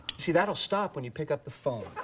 see, that'll stop when you pick up the phone.